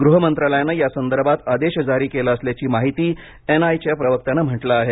गृह मंत्रालयाने या संदर्भात आदेश जारी केला असल्याची माहिती एन आय ए च्या प्रवक्त्याने म्हटलं आहे